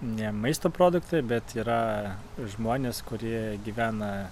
ne maisto produktai bet yra žmonės kurie gyvena